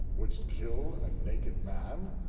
wouldst kill a naked man?